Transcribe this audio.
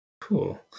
cool